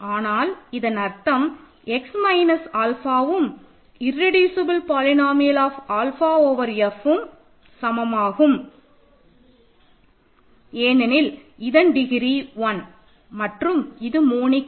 ஆனால் இதன் அர்த்தம் x மைனஸ் ஆல்ஃபாஉம் irreducible polynomial of alpha over Fம் சமமாகும் ஏனெனில் இதன் டிகிரி 1 மற்றும் இது மோனிக்